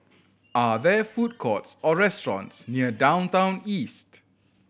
are there food courts or restaurants near Downtown East